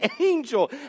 angel